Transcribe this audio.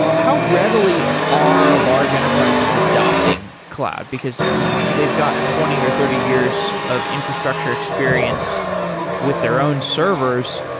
how readily our large enterprises adopting cloud? because they've got twenty or thirty years of infrastructure experience with their own servers.